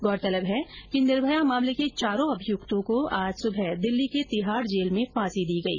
गौरतलब है कि निर्भया मामले के चारों अभियुक्तों को आज सुबह दिल्ली के तिहाड जेल में फांसी दी गई